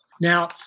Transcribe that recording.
Now